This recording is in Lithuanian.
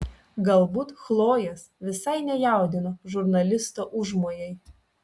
galbūt chlojės visai nejaudino žurnalisto užmojai